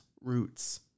roots